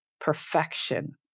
Perfection